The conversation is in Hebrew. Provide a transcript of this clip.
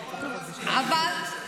--- לא.